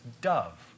dove